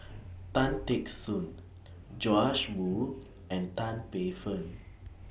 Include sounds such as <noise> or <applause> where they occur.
<noise> Tan Teck Soon Joash Moo and Tan Paey Fern <noise>